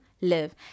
live